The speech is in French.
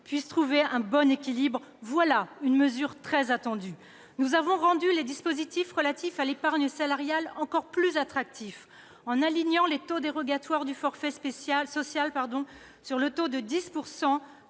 puisse trouver un bon équilibre sur ce point, car c'est une mesure très attendue. Nous avons également rendu les dispositifs relatifs à l'épargne salariale encore plus attractifs, en alignant les taux dérogatoires du forfait social sur le taux de 10